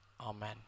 amen